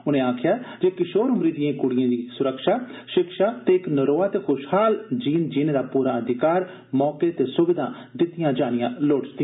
उनें आक्खेआ जे किशोर उम्री दिएं कुड़िएं गी सुरक्षा शिक्षा ते इक नरोआ ते खुशहाल जीन जीने दा पूरा अधिकार मौके ते सुविधा दित्ती जानी लोड़चदी